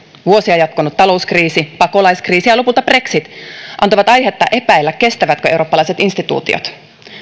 vuosia jatkunut talouskriisi pakolaiskriisi ja lopulta brexit antoivat aihetta epäillä kestävätkö eurooppalaiset instituutiot